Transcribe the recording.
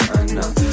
enough